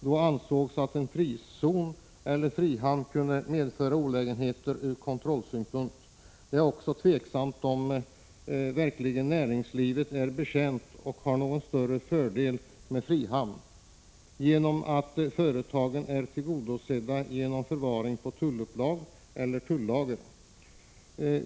Då ansågs att en frizon eller frihamn kunde medföra olägenheter ur kontrollsynpunkt. Det är också tveksamt om näringslivet verkligen är betjänt av och har någon större fördel av en frihamn, då företagen nu är tillgodosedda genom förvaring på tullupplag eller i tullager.